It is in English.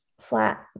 flat